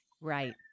Right